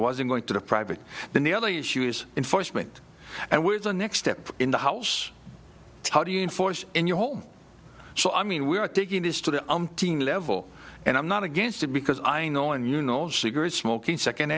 wasn't going to the private then the other issue is in force mint and with the next step in the house how do you enforce in your home so i mean we are taking this to the umpteen level and i'm not against it because i know and you know cigarette smoking second